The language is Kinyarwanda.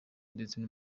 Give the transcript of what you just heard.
ndetse